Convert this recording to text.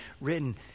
written